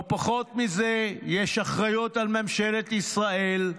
לא פחות מזה יש אחריות על ממשלת ישראל,